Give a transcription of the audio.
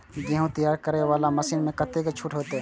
गेहूं तैयारी करे वाला मशीन में कतेक छूट होते?